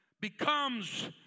becomes